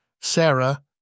Sarah